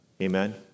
Amen